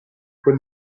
quel